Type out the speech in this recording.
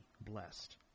blessed